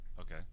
Okay